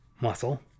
muscle